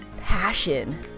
passion